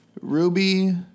Ruby